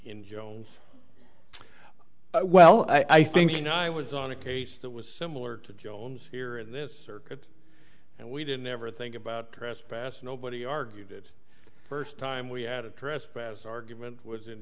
in jones well i think you know i was on a case that was similar to jones here in this circuit and we didn't ever think about trespass nobody argued that first time we had a trespass argument was in